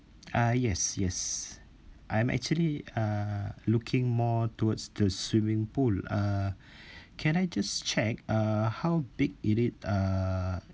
uh yes yes I'm actually uh looking more towards the swimming pool uh can I just check uh how big in it uh